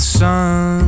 sun